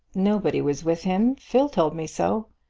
nobody was with him. phil told me so.